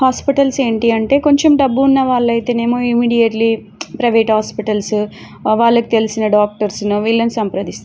hospitals ఏంటి అంటే కొంచెం డబ్బు ఉన్న వాళ్ళయితేనేమో ఇమీడియట్లీ ప్రైవేట్ హాస్పిటల్సు వాళ్ళకి తెలిసిన డాక్టర్స్నో వీళ్ళను సంప్రదిస్తారు